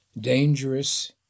Dangerous